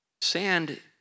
Sand